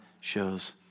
shows